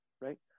right